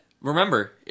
remember